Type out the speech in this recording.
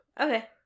Okay